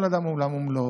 כל אדם הוא עולם ומלואו,